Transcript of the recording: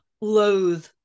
loathe